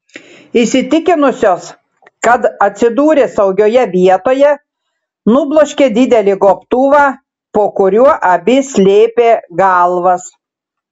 įsitikinusios kad atsidūrė saugioje vietoje nubloškė didelį gobtuvą po kuriuo abi slėpė galvas